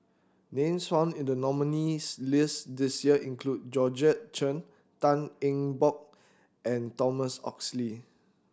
names found in the nominees' list this year include Georgette Chen Tan Eng Bock and Thomas Oxley